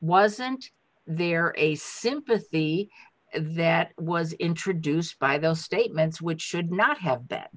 wasn't there a sympathy that was introduced by the statement which should not have